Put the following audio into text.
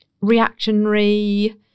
reactionary